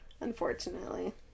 unfortunately